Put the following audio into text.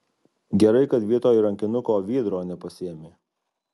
gerai kad vietoj rankinuko viedro nepasiėmė